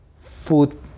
food